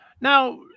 Now